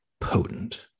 potent